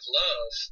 love